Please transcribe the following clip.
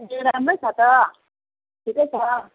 ए राम्रै छ त ठिकै छ